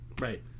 Right